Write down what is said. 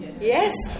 Yes